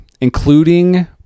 including